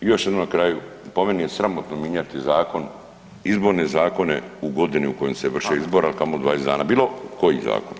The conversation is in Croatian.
Još jednom na kraju, po meni je sramotno mijenjati zakon, izborne zakone u godini u kojoj se vrše izbori a kamoli 20 dana [[Upadica Radin: Hvala.]] bilokoji zakon.